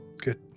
Good